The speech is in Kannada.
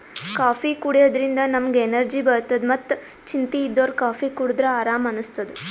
ಕಾಫೀ ಕುಡ್ಯದ್ರಿನ್ದ ನಮ್ಗ್ ಎನರ್ಜಿ ಬರ್ತದ್ ಮತ್ತ್ ಚಿಂತಿ ಇದ್ದೋರ್ ಕಾಫೀ ಕುಡದ್ರ್ ಆರಾಮ್ ಅನಸ್ತದ್